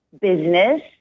business